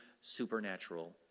supernatural